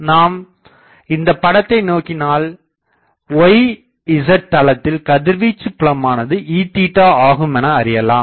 நாம் இந்தப்படத்தை நோக்கினால் y z தளத்தில் கதிர்வீச்சு புலமானது E ஆகுமென அறியலாம்